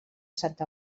santa